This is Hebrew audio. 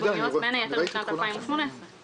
בין היתר על חשבוניות מ-2018.